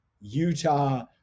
Utah